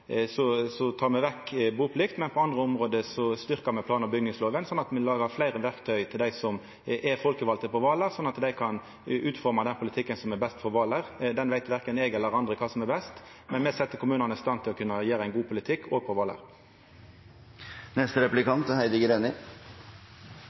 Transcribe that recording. me vekk buplikt, men på andre område styrkjer me plan- og bygningsloven, slik at me lagar fleire verktøy til dei som er folkevalde på Hvaler, så dei kan utforma den politikken som er best for Hvaler. Korkje eg eller andre veit kva som er best, men me set kommunane i stand til å utføra ein god politikk, òg på